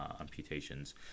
amputations